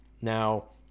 Now